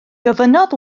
gofynnodd